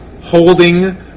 holding